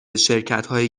شرکتهایی